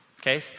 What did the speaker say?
Okay